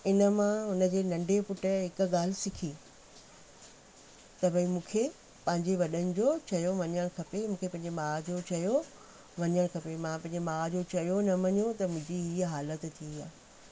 इन मां हुनजे नंढे पुटु हिकु ॻाल्हि सिखी त भई मूंखे पंहिंजे वॾनि जो चयो मञणु खपे मूंखे पंहिंजे भाउ जो चयो मञणु खपे मां पंहिंजे माउ जो चयो न मञयो न मुंहिंजी इहा हालति थी आहे